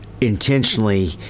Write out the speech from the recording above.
intentionally